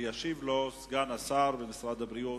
ישיב לו סגן השר במשרד הבריאות,